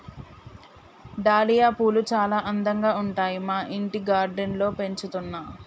dahlia పూలు చాల అందంగా ఉంటాయి మా ఇంటి గార్డెన్ లో పెంచుతున్నా